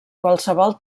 qualsevol